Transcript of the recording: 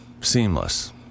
seamless